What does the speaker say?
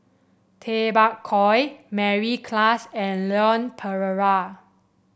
Tay Bak Koi Mary Klass and Leon Perera